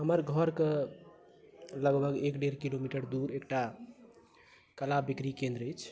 हमरा घरके लगभग एक डेढ़ किलोमीटर दूर एकटा कला बिक्री केन्द्र अछि